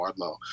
Wardlow